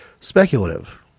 speculative